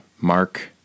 mark